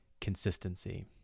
consistency